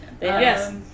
Yes